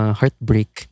heartbreak